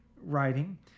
writing